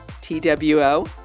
T-W-O-